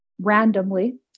randomly